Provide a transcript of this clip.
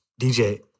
DJ